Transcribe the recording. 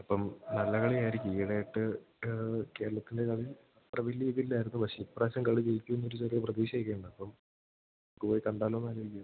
അപ്പം നല്ല കളിയായിരിക്കും ഈയിടെയായിട്ട് കേരളത്തിൻ്റെ കളി അത്ര വലിയ ഇതില്ലായിരുന്നു പക്ഷേ ഇപ്രാവശ്യം കളി ജയിക്കുമെന്നൊരു ചെറിയ പ്രതീക്ഷയൊക്കെ ഉണ്ട് അപ്പം പോയി കണ്ടാലോന്ന് ആലോചിക്കുക